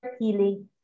healing